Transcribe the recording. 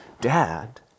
dad